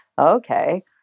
okay